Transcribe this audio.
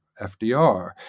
FDR